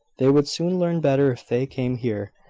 they would soon learn better if they came here.